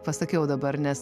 pasakiau dabar nes